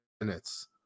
minutes